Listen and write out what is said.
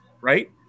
right